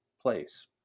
place